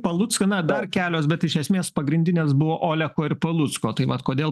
palucką na dar kelios bet iš esmės pagrindinės buvo oleko ir palucko tai vat kodėl